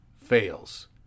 fails